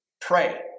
pray